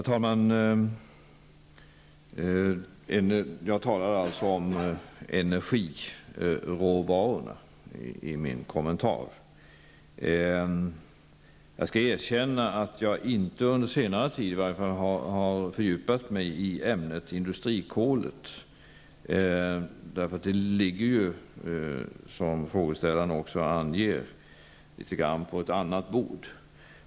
Herr talman! Det jag talade om i min kommentar var energiråvarorna. Jag skall villigt erkänna att jag åtminstone inte under senare tid har fördjupat mig i ämnet industrikol. Det ligger, som frågeställaren också anger, litet grand på ett annat bord.